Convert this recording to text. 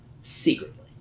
secretly